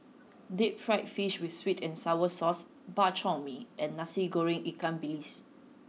deep fried fish with sweet and sour sauce Bak Chor Mee and Nasi Goreng Ikan Bilis